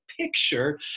picture